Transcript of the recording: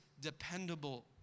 dependable